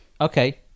Okay